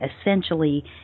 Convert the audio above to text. essentially